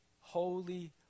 holy